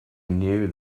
knew